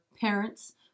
parents